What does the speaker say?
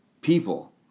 people